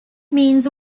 means